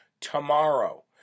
tomorrow